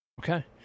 Okay